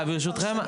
הוא גם עשה פרשנות.